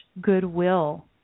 goodwill